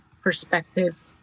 perspective